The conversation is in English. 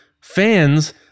fans